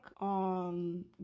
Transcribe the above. on